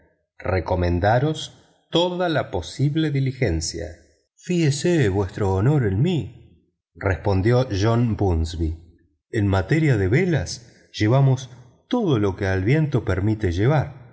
recomendaros toda la posible diligencia fíese vuestro honor en mí respondió john bunsby en materia de velas llevamos todo lo que el viento permite llevar